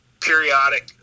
periodic